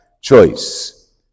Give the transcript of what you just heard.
choice